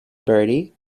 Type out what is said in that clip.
bertie